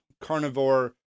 carnivore